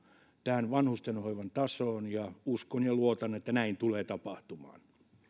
tähän vanhustenhoivan tasoon ja uskon ja luotan että näin tulee tapahtumaan